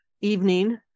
evening